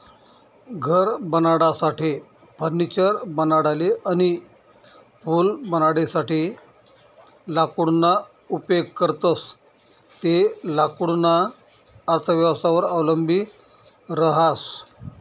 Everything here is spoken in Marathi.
घर बनाडासाठे, फर्निचर बनाडाले अनी पूल बनाडासाठे लाकूडना उपेग करतंस ते लाकूडना अर्थव्यवस्थावर अवलंबी रहास